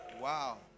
Wow